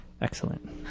Excellent